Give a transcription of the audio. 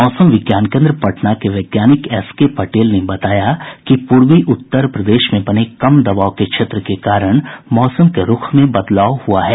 मौसम विज्ञान केन्द्र पटना के वैज्ञानिक शैलेन्द्र कुमार पटेल ने बताया कि पूर्वी उत्तर प्रदेश में बने कम दवाब के क्षेत्र के कारण मौसम के रूख में बदलाव हुआ है